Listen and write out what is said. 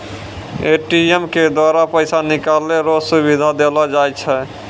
ATM के द्वारा पैसा निकालै रो सुविधा देलो जाय छै